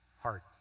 heart